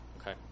Okay